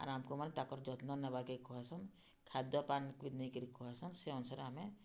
ଆର୍ ଆମ୍କୁ ମାନେ ତାଙ୍କର୍ ଯତ୍ନ ନେବାକେ କହେସନ୍ ଖାଦ୍ୟପାନକେ ନେଇକିରି କହେସନ୍ ସେ ଅନୁସାରେ ଆମେ